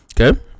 okay